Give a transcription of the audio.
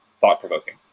thought-provoking